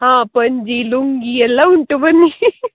ಹಾಂ ಪಂಚೆ ಲುಂಗಿ ಎಲ್ಲ ಉಂಟು ಬನ್ನಿ